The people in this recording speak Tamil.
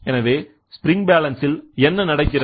எனவே ஸ்ப்ரிங் பேலன்ஸ் இல் என்ன நடக்கிறது